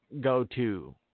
go-to